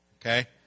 Okay